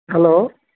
hello